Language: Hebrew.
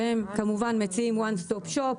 והם כמובן מציעים one stop shop.